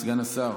סגן השר,